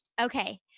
okay